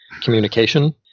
communication